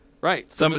Right